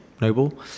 Noble